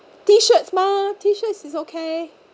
T shirts mah T shirt is okay